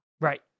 right